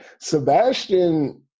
Sebastian